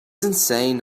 insane